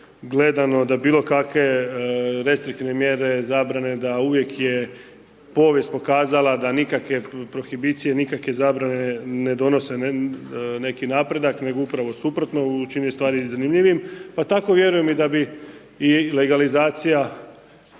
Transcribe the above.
gledano da je bilokakve restriktivne mjere zabrane da uvijek je povijest pokazala da nikakve prohibicije, nikakve zabrane ne donose neki napredak nego upravo suprotno učini stvar zanimljivim pa tako vjerujem i da bi i legalizacija